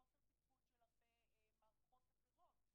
מחוסר תפקוד של הרבה מערכות אחרות.